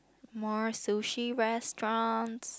more sushi restaurant